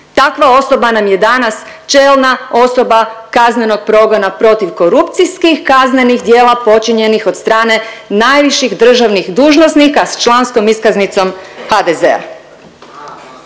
Takva osoba nam je danas čelna osoba kaznenog progona protiv korupcijskih kaznenih djela počinjenih od strane najviših državnih dužnosnika s članskom iskaznicom HDZ-a.